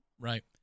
Right